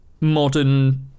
modern